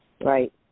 Right